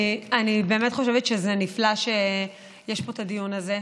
אני חושבת שזה נפלא שיש פה את הדיון הזה.